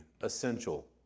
essential